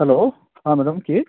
hello ହଁ madam କିଏ